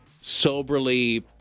soberly